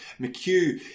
McHugh